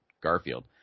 garfield